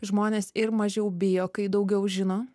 žmonės ir mažiau bijo kai daugiau žino